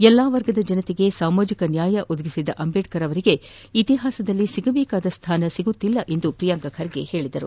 ಎಲ್ಲಾ ವರ್ಗದ ಜನೆರಿಗೆ ಸಾಮಾಜಿಕ ನ್ಯಾಯ ಒದಗಿಸಿದ ಅಂಬೇಡ್ತರ್ ಅವರಿಗೆ ಇತಿಹಾಸದಲ್ಲಿ ಸಿಗಬೇಕಾದ ಸ್ಥಾನ ಸಿಗುತ್ತಿಲ್ಲ ಎಂದು ಪ್ರಿಯಾಂಕ್ ಖರ್ಗೆ ಹೇಳಿದರು